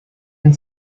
and